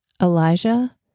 Elijah